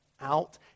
out